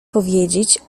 powiedzieć